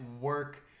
work